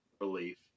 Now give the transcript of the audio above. relief